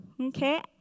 Okay